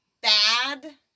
bad